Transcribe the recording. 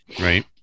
Right